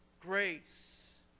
grace